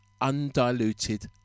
Undiluted